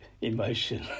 emotion